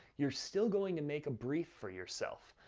you're still going to make a brief for yourself,